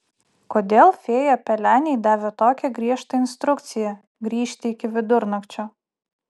kodėl fėja pelenei davė tokią griežtą instrukciją grįžti iki vidurnakčio